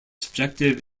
subjective